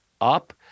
up